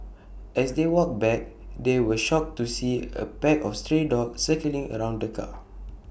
as they walked back they were shocked to see A pack of stray dogs circling around the car